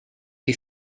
che